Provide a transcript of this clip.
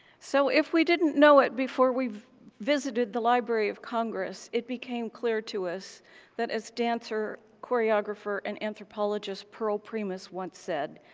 so if we didn't know it before we visited the library of congress, it became clear to us that as dancer choreographer and anthropologist pearl primus once said,